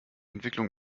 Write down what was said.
entwicklung